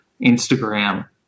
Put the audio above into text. Instagram